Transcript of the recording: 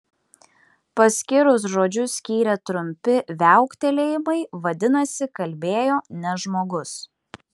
paskirus žodžius skyrė trumpi viauktelėjimai vadinasi kalbėjo ne žmogus